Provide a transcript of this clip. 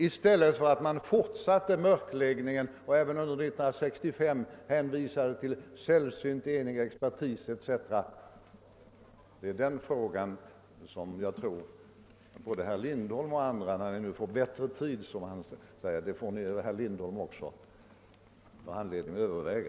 I stället fortsatte man mörkläggningen och hänvisade även under 1965 till »sällsynt enig expertis» etc. Det är den fråga som jag tror att såväl herr Lindholm som andra när de nu får bättre tid skulle ha anledning att överväga.